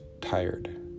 tired